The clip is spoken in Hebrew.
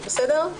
בסדר?